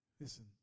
Listen